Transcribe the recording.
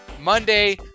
Monday